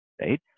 right